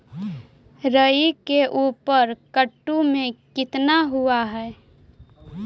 राई के ऊपर कट्ठा में कितना हुआ है?